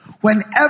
Whenever